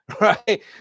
Right